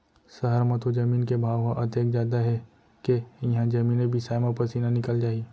सहर म तो जमीन के भाव ह अतेक जादा हे के इहॉं जमीने बिसाय म पसीना निकल जाही